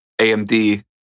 AMD